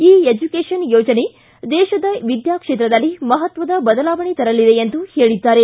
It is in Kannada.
ಇ ಎಜುಕೇಷನ್ ಯೋಜನೆ ದೇಶದ ವಿದ್ಯಾ ಕ್ಷೇತ್ರದಲ್ಲಿ ಮಹತ್ವದ ಬದಲಾವಣೆ ತರಲಿದೆ ಎಂದು ಹೇಳಿದ್ದಾರೆ